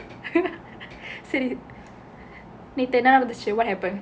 சரி நேத்து என்ன நடந்துச்சு:sari nethu enna nadanthuchu what happen